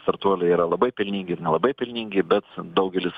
startuoliai yra labai pelningi ir nelabai pelningi bet daugelis